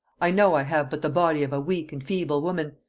i know i have but the body of a weak and feeble woman,